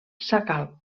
sacalm